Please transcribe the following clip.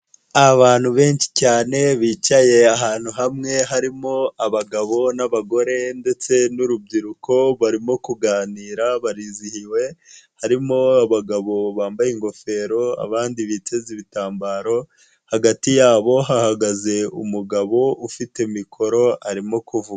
Abantu benshi cyane bicaye ahantu hamwe harimo abagabo n'abagore ndetse n'urubyiruko barimo kuganira barizihiwe, harimo abagabo bambaye ingofero abandi biteze ibitambaro hagati yabo hahagaze umugabo ufite mikoro arimo kuvuga.